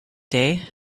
day